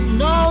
no